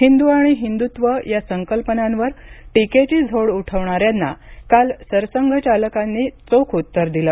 हिंदू आणि हिंदूत्व या संकल्पनांवर टीकेची झोड उठवणाऱ्यांना काल सरसंघचालकांनी चोख उत्तर दिलं